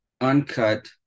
uncut